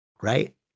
right